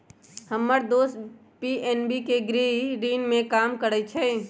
हम्मर दोस पी.एन.बी के गृह ऋण में काम करइ छई